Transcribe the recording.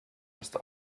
ist